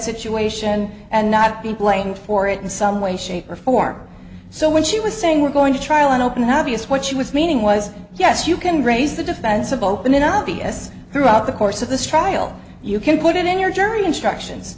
situation and not be blamed for it in some way shape or form so when she was saying we're going to trial and open obvious what she was meaning was yes you can raise the defense of opening up b s throughout the course of this trial you can put it in your jury instructions